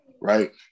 Right